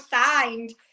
signed